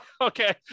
okay